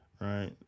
right